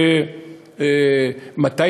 מתי,